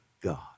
God